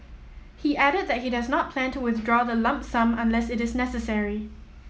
he added that he does not plan to withdraw the lump sum unless it is necessary